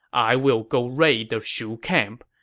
i will go raid the shu camp.